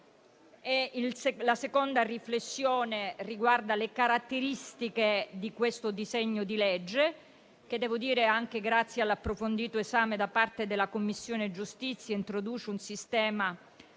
La seconda riflessione riguarda le caratteristiche del disegno di legge al nostro esame che, anche grazie all'approfondito esame da parte della Commissione giustizia, introduce un sistema